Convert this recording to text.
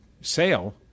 sale